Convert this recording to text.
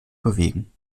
bewegen